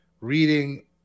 reading